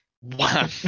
Wow